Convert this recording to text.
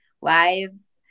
wives